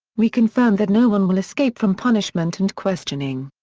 we confirm that no-one will escape from punishment and questioning.